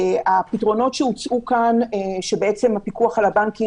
הפתרונות שהוצעו כאן שהפיקוח על הבנקים